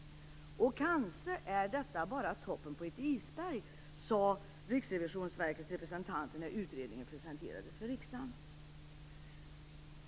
Kanske är detta bara toppen på ett isberg, sade Riksrevisionsverkets representanter när utredningen presenterades för riksdagen.